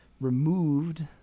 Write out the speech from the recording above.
removed